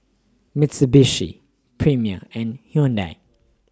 Mitsubishi Premier and Hyundai